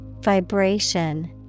Vibration